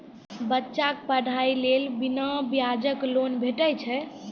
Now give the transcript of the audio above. बच्चाक पढ़ाईक लेल बिना ब्याजक लोन भेटै छै?